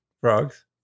Frogs